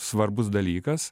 svarbus dalykas